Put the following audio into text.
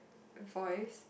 voice